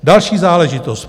Další záležitost.